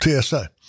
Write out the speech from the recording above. TSA